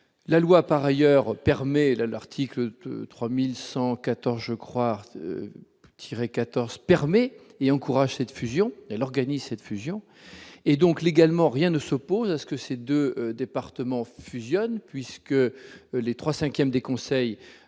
la loi par ailleurs permet la l'article 3114 je crois 14 permet et encourage cette fusion, elle organise cette fusion et donc légalement, rien ne s'oppose à ce que ces 2 départements plusieurs puisque les 3 cinquièmes des conseils